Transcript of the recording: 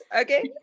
okay